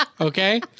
okay